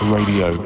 Radio